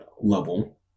level